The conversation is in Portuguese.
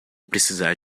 precisar